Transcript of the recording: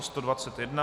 121.